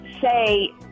say